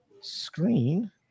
screen